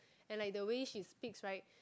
and like the way she speaks right